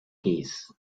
case